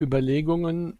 überlegungen